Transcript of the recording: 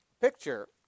picture